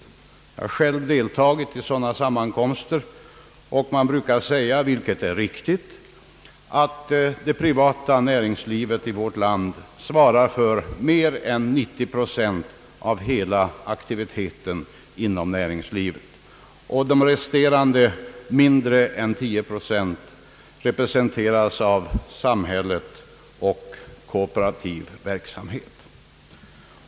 Jag har själv deltagit i sådana sammankomster och man brukar säga — vilket är riktigt — att det privata näringslivet i vårt land svarar för mer än 90 procent av hela aktiviteten inom näringslivet; för de resterande 10 procenten svara samhället och kooperativ verksamhet.